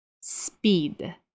speed